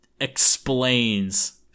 explains